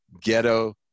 ghetto